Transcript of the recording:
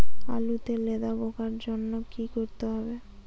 আলুতে লেদা পোকার জন্য কি করতে হবে?